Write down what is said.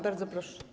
Bardzo proszę.